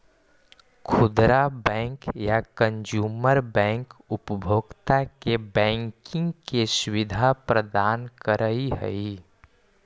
खुदरा बैंक या consumer bank उपभोक्ता के बैंकिंग के सुविधा प्रदान करऽ हइ